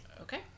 Okay